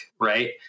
Right